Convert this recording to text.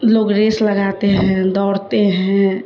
لوگ ریس لگاتے ہیں دوڑتے ہیں